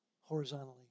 horizontally